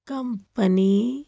company